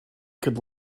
could